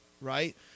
right